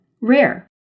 rare